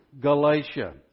Galatia